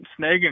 snagging